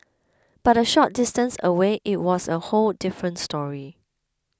but a short distance away it was a whole different story